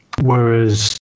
whereas